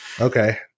Okay